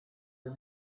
del